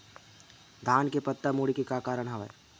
धान के पत्ता मुड़े के का कारण हवय?